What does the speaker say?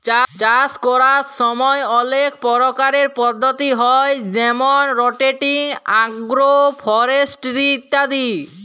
চাষ ক্যরার ছময় অলেক পরকারের পদ্ধতি হ্যয় যেমল রটেটিং, আগ্রো ফরেস্টিরি ইত্যাদি